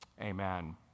amen